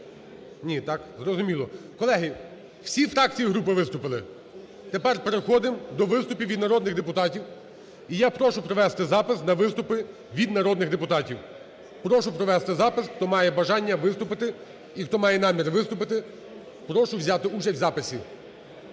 Ні, так, зрозуміло. Колеги, всі фракції і групи виступили. Тепер переходимо до виступів від народних депутатів. І я прошу провести запис на виступи від народних депутатів. Прошу провести запис. Хто має бажання виступити і хто має намір виступити, прошу взяти участь в записі.